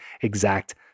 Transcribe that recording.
exact